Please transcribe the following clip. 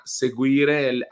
seguire